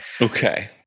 Okay